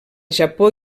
japó